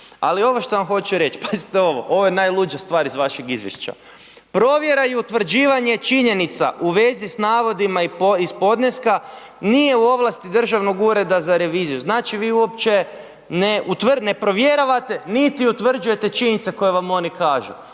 ali ovo što vam hoću reć, pazite ovo, ovo je najluđa stvar iz vašeg izvješća, provjera i utvrđivanje činjenica u vezi s navodima iz podneska, nije u ovlasti Državnog ureda za reviziju, znači, vi uopće ne provjeravate, niti utvrđujete činjenice koje vam oni kažu,